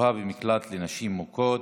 השוהה במקלט לנשים מוכות),